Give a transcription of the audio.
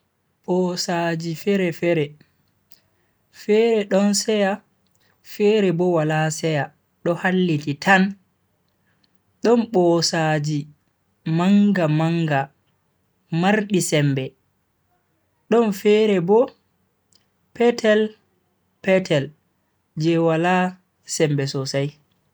Bosaji fere-fere. Fere don seya fere bo wala seya do halliti tan. don bosaaji manga manga Mardi sembe, don fere bo petel petel je wala sembe sosai.